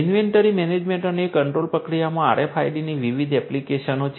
inventory management અને control પ્રક્રિયામાં RFID ની વિવિધ એપ્લિકેશનો છે